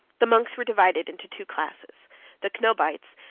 the monks were divided into two classes the coenobites,